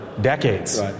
decades